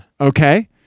Okay